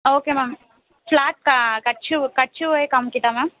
okay ma'am flat cut shoe cut ஷூவே காம்மிக்கட்டேன் ma'am